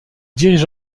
dirige